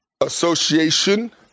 association